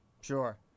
Sure